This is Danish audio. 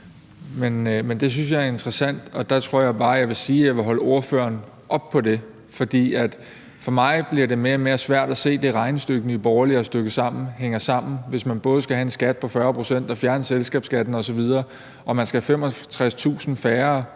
Men det synes jeg er interessant, og der tror jeg bare, jeg vil sige, at jeg vil holde ordføreren op på det. For for mig bliver det mere og mere svært at se, hvordan det regnestykke, Nye Borgerlige har stykket sammen, hænger sammen, hvis man både skal have en skat på 40 pct. og man skal fjerne selskabsskatten osv., og hvis man skal have 65.000 færre